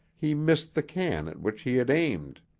he missed the can at which he had aimed.